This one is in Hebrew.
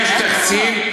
יש תקציב,